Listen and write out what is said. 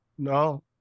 No